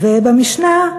ובמשנה,